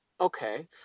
okay